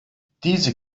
diese